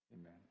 Amen